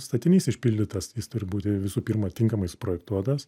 statinys išpildytas jis turi būti visų pirma tinkamai suprojektuotas